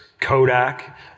Kodak